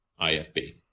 IFB